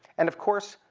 and of course,